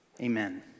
Amen